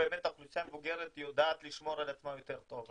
באמת האוכלוסייה המבוגרת יודעת לשמור על עצמה יותר טוב,